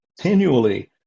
continually